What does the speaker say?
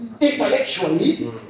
intellectually